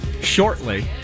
shortly